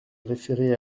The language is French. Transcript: référer